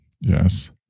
Yes